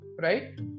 right